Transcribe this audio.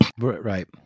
right